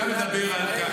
אתה אמרת לי,